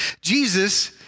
Jesus